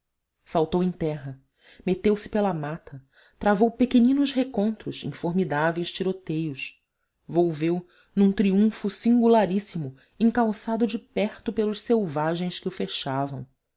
saltou em terra meteu-se pela mata travou pequeninos recontros em formidáveis tiroteios volveu num triunfo singularíssimo encalçado de perto pelos selvagens que o frechavam